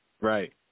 Right